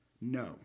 no